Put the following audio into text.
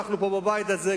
אנחנו פה בבית הזה,